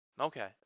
Okay